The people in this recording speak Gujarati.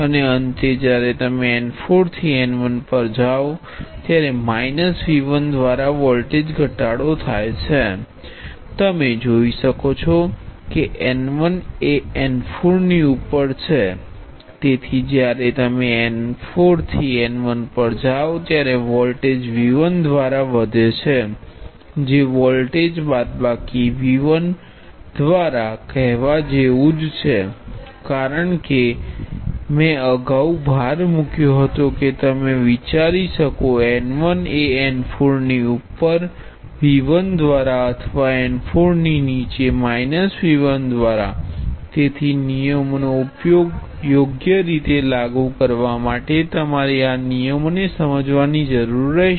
અને અંતે જ્યારે તમે n 4 થી n1 પર જાઓ ત્યારે માઈનસ V1 દ્વારા વોલ્ટેજ ઘટાડો થાય છે તમે જોઈ શકો છો કે n1 એ n4 ની ઉપર છે તેથી જ્યારે તમે n4 થી n1 પર જાઓ ત્યારે વોલ્ટેજ V1 દ્વારા વધે છે જે વોલ્ટેજ બાદબાકી V1 દ્વારા કહેવા જેવું જ છે આ કારણ છે કે મેં અગાઉ ભાર મૂક્યો હતો કે તમે વિચારી શકો n1 એ n4 ની ઉપર V1 દ્વારા અથવા n4 ની નીચે V1 દ્વારા તેથી નિયમોને યોગ્ય રીતે લાગુ કરવા માટે તમારે આ નિયમો ને સમજવાની જરૂર રહેશે